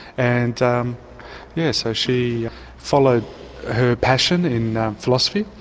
and yes, so she followed her passion in philosophy.